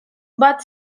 but